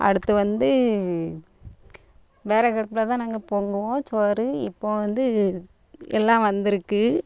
அடுத்து வந்து விறகு அடுப்பில் தான் நாங்கள் பொங்குவோம் சோறு இப்போது வந்து எல்லாம் வந்துருக்குது